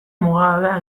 mugagabea